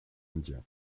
indien